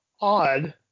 odd